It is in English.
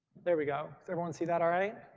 there we go. does everyone see that, all right?